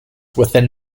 within